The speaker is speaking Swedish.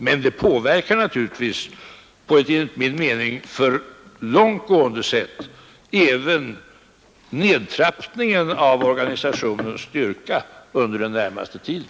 Men det påverkar naturligtvis på ett enligt min mening för långt gående sätt även nedtrappningen av organisationens styrka under den närmaste tiden.